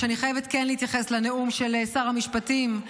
אני חייבת כן להתייחס לנאום של שר המשפטים,